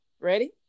Ready